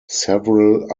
several